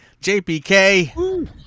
JPK